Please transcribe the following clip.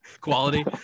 quality